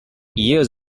years